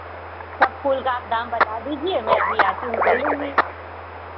सब फूल का आप दाम बता दीजिए मैं अभी आती हूँ ले लूँगी